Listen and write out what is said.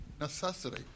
necessity